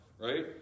right